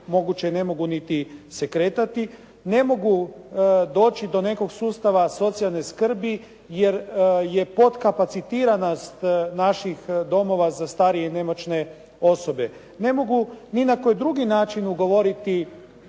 moguće ne mogu se niti kretati, ne mogu doći do nekog sustava socijalne skrbi jer podkapacitiranost naših domova za starije i nemoćne osobe, ne mogu ni na koji drugi način ugovoriti